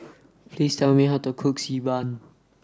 please tell me how to cook Xi Ban